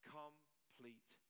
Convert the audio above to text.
complete